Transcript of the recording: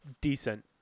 decent